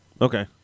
Okay